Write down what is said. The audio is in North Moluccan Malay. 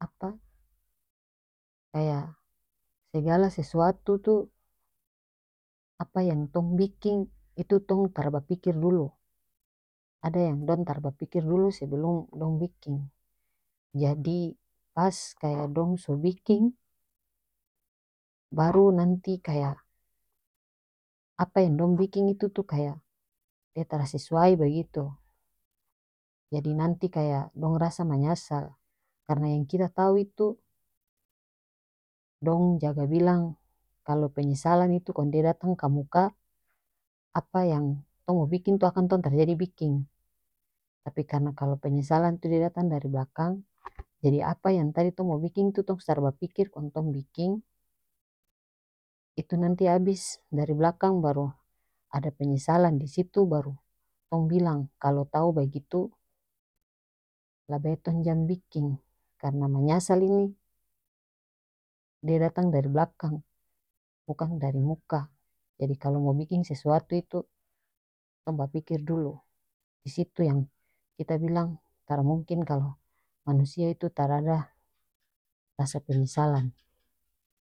apa kaya segala sesuatu tu apa yang tong biking itu tong tara bapikir dulu ada yang dong tara bapikir dulu sebelum dong biking jadi pas kaya dong so biking baru nanti kaya apa yang dong biking itu tu kaya dia tara sesuai bagitu jadi nanti kaya dong rasa manyasal karena yang kita tau itu dong jaga bilang kalo penyesalan itu kong dia datang kamuka apa yang tong mo biking itu akang tong tara jadi biking tapi karena kalo penyesalan tu dia datang dari blakang jadi apa yang tadi tong mo biking itu tong so tara bapikir kong tong biking itu nanti abis dari blakang baru ada penyesalan disitu baru tong bilang kalo tau bagitu lebae tong jang biking karena manyasal ini dia datang dari blakang bukang dari muka jadi kalo mo biking sesuatu itu tong bapikir dulu disitu yang kita bilang tara mungkin kalo manusia itu tarada rasa penyesalan.